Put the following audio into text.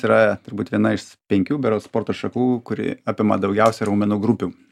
yra turbūt viena iš penkių berods sporto šakų kuri apima daugiausiai raumenų grupių